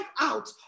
out